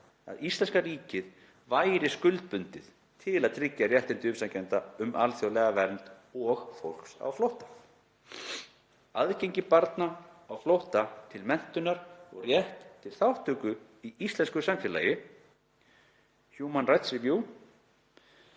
að íslenska ríkið sé skuldbundið til að tryggja réttindi umsækjenda um alþjóðlega vernd og fólks á flótta, aðgengi barna á flótta til menntunar og rétt til þátttöku í íslensku samfélagi (Human Rights Review: